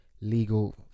legal